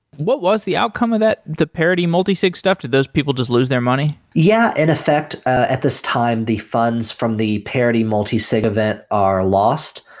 what was the outcome of ah that, the parody multisig stuff? did those people just lose their money? yeah. in effect at this time, the funds from the parody multisig event are lost,